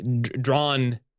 drawn